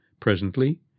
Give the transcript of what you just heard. Presently